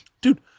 Dude